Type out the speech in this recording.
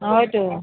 হয়টো